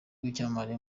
w’icyamamare